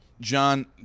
John